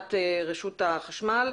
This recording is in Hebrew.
מליאת רשות החשמל,